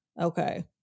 Okay